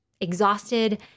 exhausted